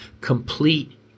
Complete